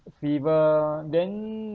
fever then